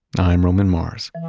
i'm roman mars